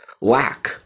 lack